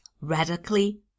radically